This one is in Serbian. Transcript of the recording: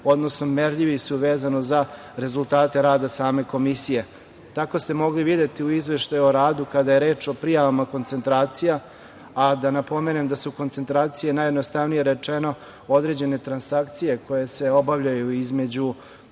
odnosno merljivi su vezano za rezultate rada same Komisije. Tako ste mogli videti u Izveštaju o radu kada je reč o prijavama koncentracija a da napomenem da su koncentracije najjednostavnije rečeno, određene transakcije koje se obavljaju između